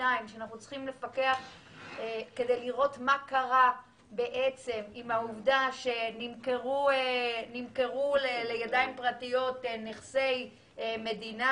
וגם תראה מה קרה עם העובדה שנמכרו לידיים פרטיות נכסי מדינה,